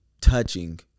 touching